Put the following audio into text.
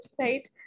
right